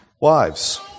Wives